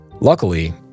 Luckily